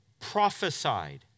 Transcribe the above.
prophesied